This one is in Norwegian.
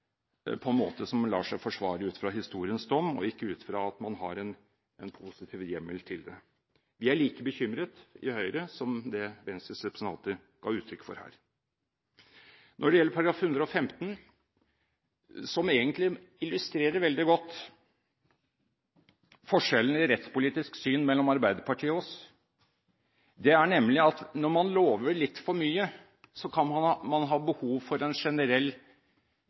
på en måte som lar seg forsvare ut fra historiens dom, og ikke ut fra at man har en positiv hjemmel til det. Vi er like bekymret i Høyre som det Venstres representanter ga uttrykk for her. Så til § 115, som egentlig illustrerer veldig godt forskjellen i rettspolitisk syn mellom Arbeiderpartiet og oss, nemlig at når man lover litt for mye, kan man ha behov for en generell